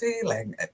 feeling